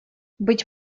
быть